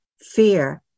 fear